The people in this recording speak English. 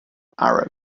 arab